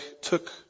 took